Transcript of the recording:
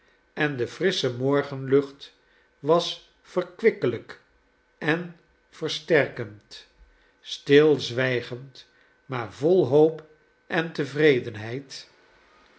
en de frissche morgenlucht was verkwikkelijk en versterkend stilzwijgend maar vol hoop en tevredenheid